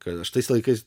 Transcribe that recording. kad aš tais laikais